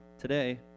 today